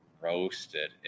roasted